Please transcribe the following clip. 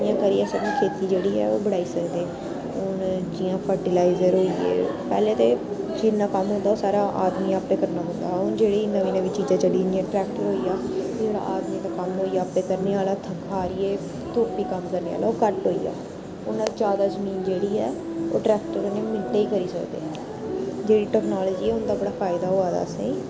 इ'यै करियै साढ़ी खेती जेह्ड़ी ऐ ओह् बढ़ाई सकदे हून जियां फर्टिलाइजर होई गे पैह्ले ते जिन्ना कम्म होंदा ओह् सारा आदमियै आपें करना पौंदा हा ओह् जेह्ड़ी नमीं नमीं चीज़ां चली दियां ट्रैक्टर होई गेआ फेर आदमी दा कम्म होई गेआ आपें करने आह्ला थक हारियै धोबी कम्म करने आह्ला ओह् घट्ट होई गेआ हून ज्यादा जमीन जेह्ड़ी ऐ ओह् ट्रैक्ट्रर कन्नै बी मिंट्टें च करी सकदे जेह्ड़ी टेक्नोलाजी ऐ उन्दा बड़ा फायदा होआ दा असेंगी